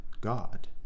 God